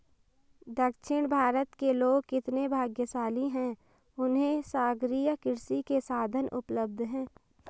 दक्षिण भारत के लोग कितने भाग्यशाली हैं, उन्हें सागरीय कृषि के साधन उपलब्ध हैं